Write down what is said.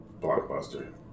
Blockbuster